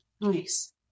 Nice